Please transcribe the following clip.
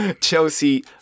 Chelsea